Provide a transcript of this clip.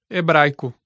Hebraico